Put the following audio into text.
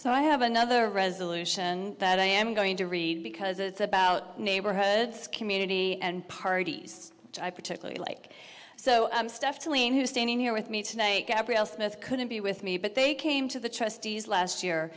so i have another resolution that i am going to read because it's about neighborhood community and parties which i particularly like so stuff to lee who's standing here with me tonight gabrielle smith couldn't be with me but they came to the